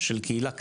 של קהילה קטנה,